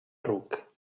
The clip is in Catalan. ruc